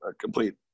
complete